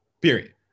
Period